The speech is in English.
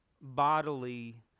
bodily